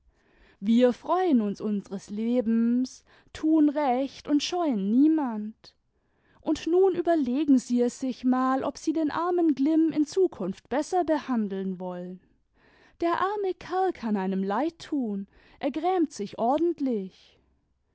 wir freuen uns unseres lebens tun recht imd scheuen niemand und nun überlegen sie es sich mal ob sie den armen glimm in zukunft besser behandeln wollen der arme kerl kann einem leid tun er grämt sich ordentlich